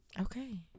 Okay